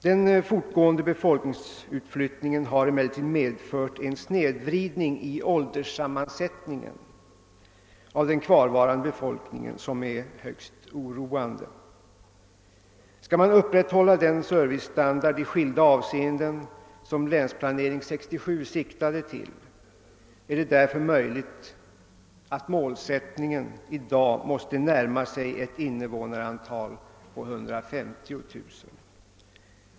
Den fortgående befolkningsutflyttningen har emellertid medfört en snedvridning i ålderssammansättningen av den kvarvarande befolkningen, som är något oroande. Skall man upprätthålla den servicestandard i skilda avseenden som Länsplanering 67 siktade till, är det därför möjligt, att målsättningen i dag måste närma sig ett invånarantal på 150 000.